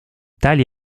tali